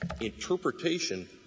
interpretation